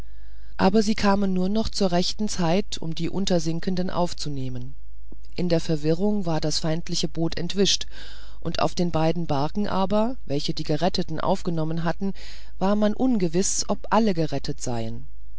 aber sie kamen nur noch zu rechter zeit um die untersinkenden aufzunehmen in der verwirrung war das feindliche boot entwischt auf den beiden barken aber welche die geretteten aufgenommen hatten war man ungewiß ob alle gerettet seien